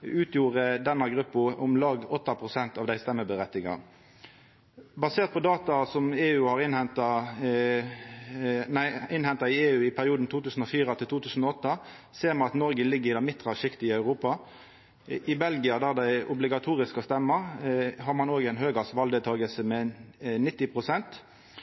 utgjorde denne gruppa f.eks. om lag 8 pst. av dei stemmeføre. Basert på data innhenta i EU i perioden 2004–2008 ser me at Noreg ligg i det midtre sjiktet i Europa. I Belgia, der det er obligatorisk å stemma, har ein